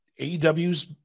AEW's